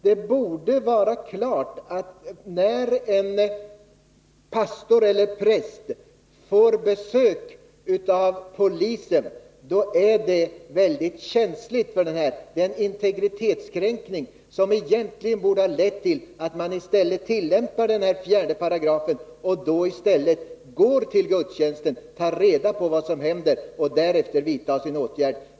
Det borde vara klart att när en pastor eller präst får besök av polisen så är det väldigt känsligt — det är en integritetskränkning. Egentligen borde man i stället - Nr 6 tillämpa 4 §, som innebär att man går till gudstjänsten, tar reda på vad som händer och därefter vidtar åtgärder.